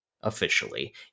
officially